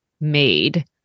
made